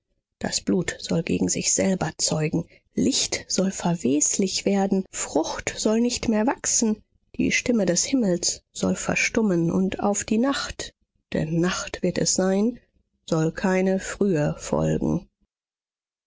das blut soll gegen sich selber zeugen licht soll verweslich werden frucht soll nicht mehr wachsen die stimme des himmels soll verstummen und auf die nacht denn nacht wird sein soll keine frühe folgen